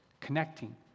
connecting